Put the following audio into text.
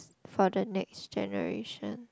for the next generation